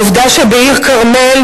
העובדה שבעיר הכרמל,